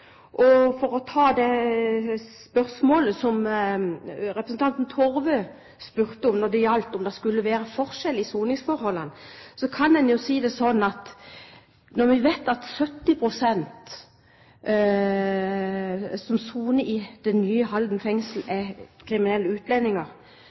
Og for å ta det spørsmålet som representanten Torve stilte, om det skulle være forskjell i soningsforholdene, kan man jo si det sånn at når vi vet at 70 pst. som soner i det nye Halden fengsel,